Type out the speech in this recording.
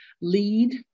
lead